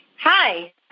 Hi